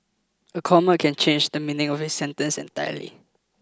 a comma can change the meaning of a sentence entirely